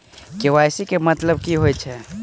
KYC केँ मतलब की होइ छै?